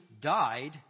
died